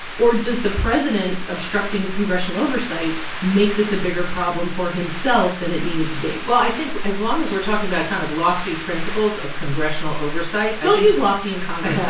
or does the president obstructing congressional oversight make this a bigger problem for himself than it needed to be? well, i think as long as we're talking about kind of lofty principles of congressional oversight, i think. don't use lofty and congress yeah